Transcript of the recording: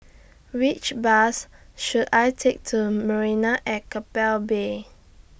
Which Bus should I Take to Marina At Keppel Bay